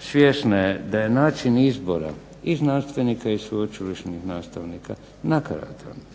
svjesna je da je način izbora i znanstvenika i sveučilišnih nastavnika …/Govornik